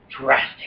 drastic